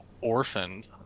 orphaned